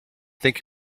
think